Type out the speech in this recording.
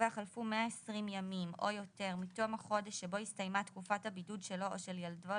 120 ימים או יותר מתום החודש שבו הסתיימה תקופת הבידוד שלו או של ילדו,